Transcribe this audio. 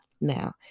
Now